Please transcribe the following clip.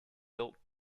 built